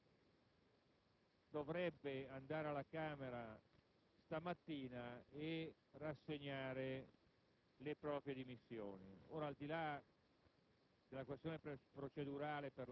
che il Ministro dovrebbe recarsi alla Camera questa mattina e rassegnare le proprie dimissioni. Al di là